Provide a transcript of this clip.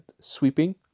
sweeping